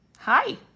Hi